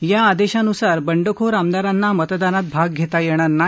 या आदेशानुसार बंडखोर आमदारांना मतदानात भाग घेता येणार नाही